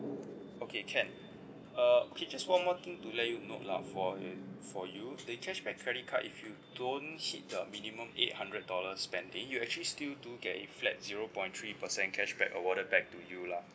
okay can uh okay just one more thing to let you know lah for for you the cashback credit card if you don't hit the minimum eight hundred dollar spending you actually still do get a flat zero point three percent cashback awarded back to you lah